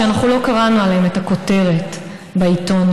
שלא קראנו עליהן את הכותרת בעיתון,